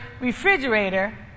refrigerator